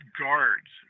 guards